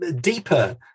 deeper